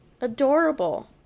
adorable